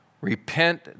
Repent